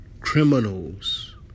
criminals